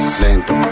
lento